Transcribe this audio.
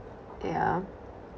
yeah